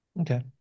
Okay